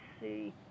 see